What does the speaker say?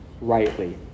rightly